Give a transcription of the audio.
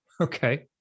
Okay